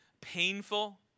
painful